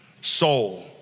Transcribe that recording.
soul